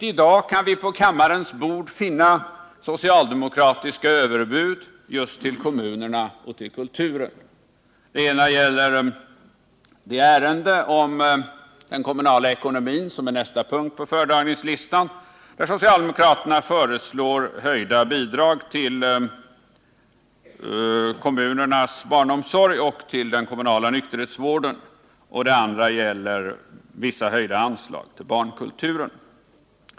I dag kan vi på kammarens bord finna socialdemokratiska överbud till just kommunerna och kulturen. Det ena gäller det ärende om den kommunala ekonomin som är nästa punkt på föredragningslistan. Där föreslår socialdemokraterna höjda bidrag till kommunernas barnomsorg och till den kommunala nykterhetsvården. Det andra gäller vissa höjda anslag till barnkulturen.